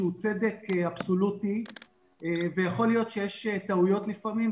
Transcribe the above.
שהוא צדק אבסולוטי ויכול להיות שיש טעויות לפעמים,